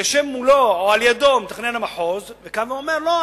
ויושב מולו או על-ידו מתכנן המחוז ואומר: לא,